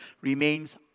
remains